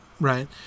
right